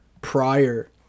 prior